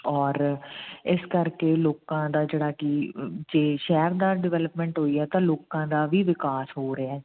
ਔਰ ਇਸ ਕਰਕੇ ਲੋਕਾਂ ਦਾ ਜਿਹੜਾ ਕਿ ਜੇ ਸ਼ਹਿਰ ਦਾ ਡਿਵੈਲਪਮੈਂਟ ਹੋਈ ਹੈ ਤਾਂ ਲੋਕਾਂ ਦਾ ਵੀ ਵਿਕਾਸ ਹੋ ਰਿਹਾ